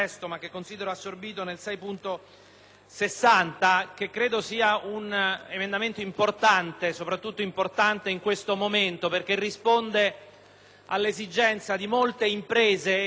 all'esigenza di molte imprese che, in questa fase difficile di crisi, hanno il problema di non potere detenere nei loro magazzini, di non poter stoccare le cosiddette materie prime secondarie,